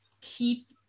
keep